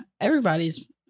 everybody's